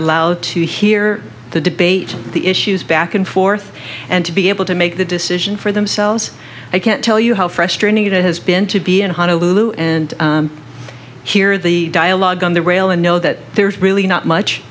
allowed to hear the debate the issues back and forth and to be able to make the decision for themselves i can't tell you how frustrating it has been to be in honolulu and hear the dialogue on the rail and know that there's really not much